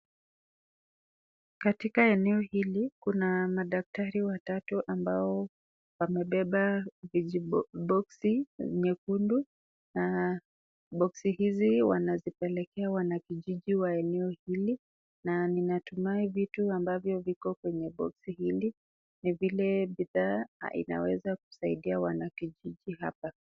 Katika eneo hili kuna madaktari watatu ambao wamebeba boksi nyekundu na boksi hizi wanazipelekea wanakijiji wa eneo hili na ninatumai vitu ambavyo viko kwenye boksi hili ni zile bidhaa inaweza kusaidia wanakijiji hapa.